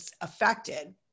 affected